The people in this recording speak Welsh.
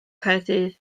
caerdydd